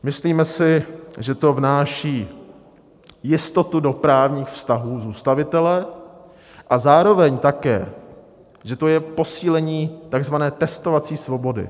Myslíme si, že to vnáší jistotu do právních vztahů zůstavitele a zároveň také že to je posílení takzvané testovací svobody.